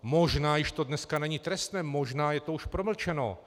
Možná to již dneska není trestné, možná je to už promlčeno.